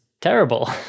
terrible